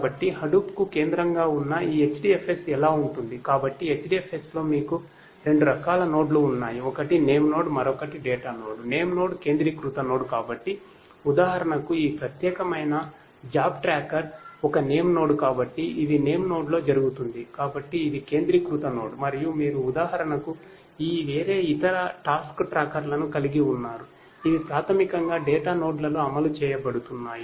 కాబట్టి హడూప్ నోడ్లలో అమలు చేయబడుతున్నాయి